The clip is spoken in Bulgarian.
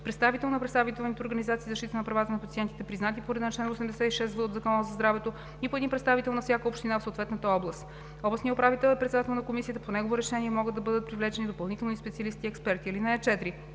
представител на представителните организации за защита на правата на пациентите, признати по реда на чл. 86в от Закона за здравето, и по един представител на всяка община в съответната област. Областният управител е председател на комисията. По негово решение могат да бъдат привлечени допълнително специалисти и експерти.